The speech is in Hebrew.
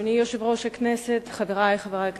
אדוני יושב-ראש הכנסת, חברי חברי הכנסת,